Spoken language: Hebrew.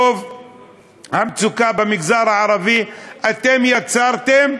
את רוב המצוקה במגזר הערבי אתם יצרתם,